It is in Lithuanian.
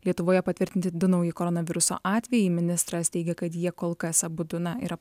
lietuvoje patvirtinti du nauji koronaviruso atvejai ministras teigė kad jie kol kas abudu na yra